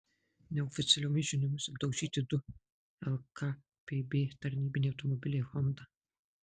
neoficialiomis žiniomis apdaužyti du lkpb tarnybiniai automobiliai honda